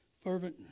fervent